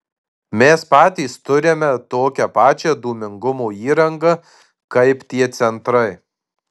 mes patys turime tokią pačią dūmingumo įrangą kaip tie centrai